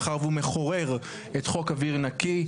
מאחר והוא מחורר את חוק אוויר נקי,